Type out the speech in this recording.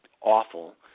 awful